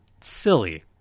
silly